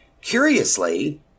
Curiously